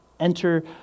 Enter